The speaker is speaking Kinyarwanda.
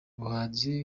muhanzi